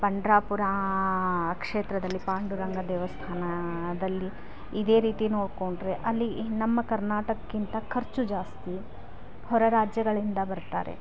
ಪಂಡ್ರಾಪುರ ಕ್ಷೇತ್ರದಲ್ಲಿ ಪಾಂಡುರಂಗ ದೇವಸ್ಥಾನದಲ್ಲಿ ಇದೇ ರೀತಿ ನೋಡ್ಕೊಂಡರೆ ಅಲ್ಲಿ ನಮ್ಮ ಕರ್ನಾಟಕಕ್ಕಿಂತ ಖರ್ಚು ಜಾಸ್ತಿ ಹೋರರಾಜ್ಯಗಳಿಂದ ಬರ್ತಾರೆ